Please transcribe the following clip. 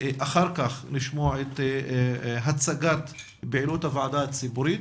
אחר כך נשמע את הצגת פעילות הוועדה הציבורית.